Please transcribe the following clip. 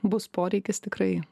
bus poreikis tikrai